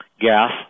gas